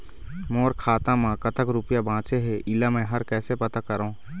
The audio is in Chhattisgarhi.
मोर खाता म कतक रुपया बांचे हे, इला मैं हर कैसे पता करों?